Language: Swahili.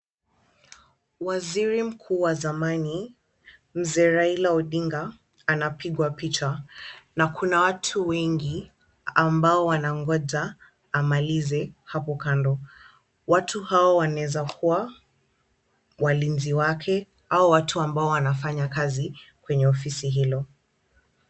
Waziri mkuu wa zamani Mzee Raila Odinga anapigwa picha na kuna watu wengi ambao wanangoja amalize hapo kando. Watu hawa wanaeza kuwa walinzi wake au watu ambao wanafanya kazi kwenye ofisi hilo.